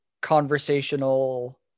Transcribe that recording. conversational